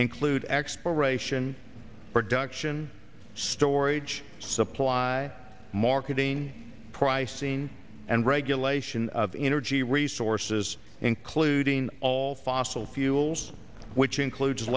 include exploration production storage supply marketing pricing and regulation of energy resources including all fossil fuels which includes